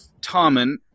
Tommen